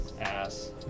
ass